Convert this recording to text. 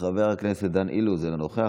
חבר הכנסת דן אילוז, אינו נוכח.